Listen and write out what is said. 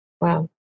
Wow